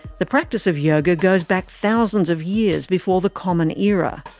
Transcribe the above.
the practice of yoga goes back thousands of years before the common era.